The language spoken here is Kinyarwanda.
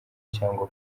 cyangwa